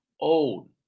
old